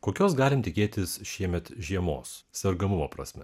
kokios galime tikėtis šiemet žiemos sergamumo prasme